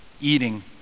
eating